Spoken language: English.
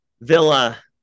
villa